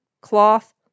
cloth